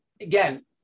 again